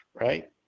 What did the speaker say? right